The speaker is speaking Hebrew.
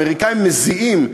האמריקנים מזיעים.